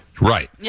Right